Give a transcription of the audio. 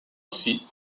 aussi